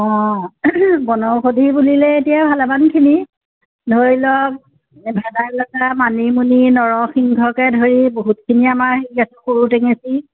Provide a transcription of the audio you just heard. অঁ বনৌষধি বুলিলে এতিয়া ভালেমানখিনি ধৰি লওক ভেদাইলতা মানিমুনি নৰসিংহকে ধৰি বহুতখিনি আমাৰ হেৰি আছে সৰু টেঙেচী